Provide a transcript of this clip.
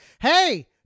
hey